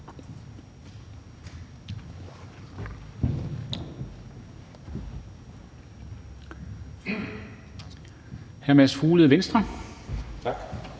Hr. Mads Fuglede, Venstre.